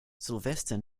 sylvester